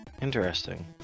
Interesting